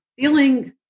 feeling